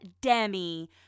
Demi